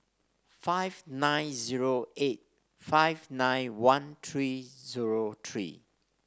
five nine zero eight five nine one three zero three